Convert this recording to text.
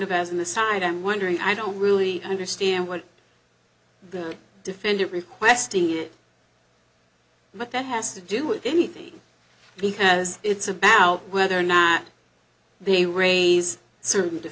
of as an aside i'm wondering i don't really understand what the defendant requesting it but that has to do with anything because it's about whether or not they raise